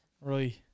right